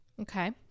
Okay